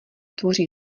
tvoří